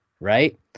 right